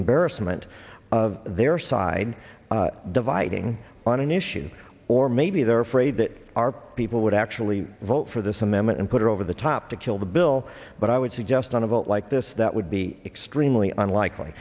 embarrassment of their side dividing on an issue or maybe they're afraid that our people would actually vote for this amendment and put it over the top to kill the bill but i would suggest on a vote like this that would be extremely